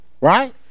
right